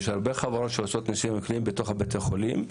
יש הרבה חברות שעושות ניסויים קליניים בתוך בתי החולים.